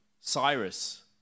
Cyrus